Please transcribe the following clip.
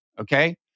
okay